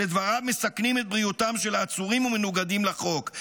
שלדבריו מסכנים את בריאותם של העצורים ומנוגדים לחוק".